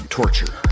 torture